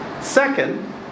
Second